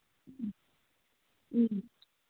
ꯎꯝ